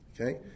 okay